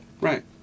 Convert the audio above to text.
Right